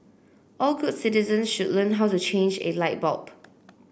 all good citizens should learn how to change a light bulb